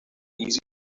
easy